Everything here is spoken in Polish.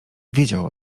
wiedział